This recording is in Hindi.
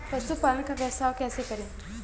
पशुपालन का व्यवसाय कैसे करें?